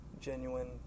genuine